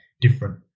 different